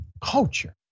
culture